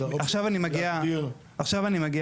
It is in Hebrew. אז עכשיו אני מגיע, עכשיו אני מגיע.